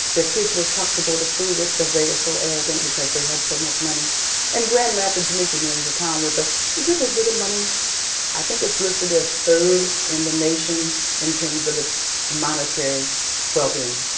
their kids were tough to go to school with because they were so arrogant because they had so much money and grand rapids, mi is a town with a little bit of money i think it's listed as third in the nation in terms of its monetary well being.